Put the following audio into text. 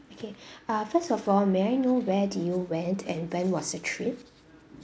okay uh first of all may I know where did you went and when was the trip